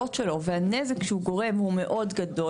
שלו והנזק שהוא גורם הוא מאוד גדול,